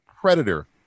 Predator